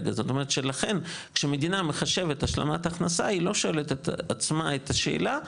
ולכן שמדינת ישראל מחשבת השלמת הכנסה היא לא שואלת את עצמה את השאלה,